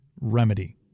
remedy